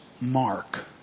Mark